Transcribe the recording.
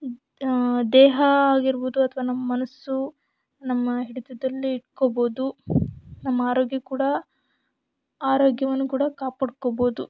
ದೇಹ ಆಗಿರ್ಬೋದು ಅಥವಾ ನಮ್ಮ ಮನಸ್ಸು ನಮ್ಮ ಹಿಡಿತದಲ್ಲಿ ಇಟ್ಕೊಬೋದು ನಮ್ಮ ಆರೋಗ್ಯ ಕೂಡ ಆರೋಗ್ಯವನ್ನು ಕೂಡ ಕಾಪಾಡ್ಕೊಬೋದು